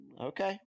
okay